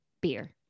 beer